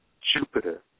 Jupiter